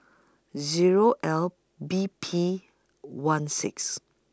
Zero L B P one six